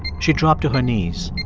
she dropped to her knees.